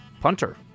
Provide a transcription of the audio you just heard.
Punter